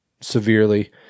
severely